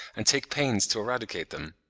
and take pains to eradicate them.